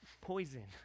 poison